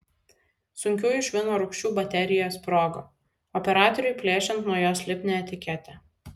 sunkiųjų švino rūgščių baterija sprogo operatoriui plėšiant nuo jos lipnią etiketę